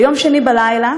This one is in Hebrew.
ביום שני בלילה,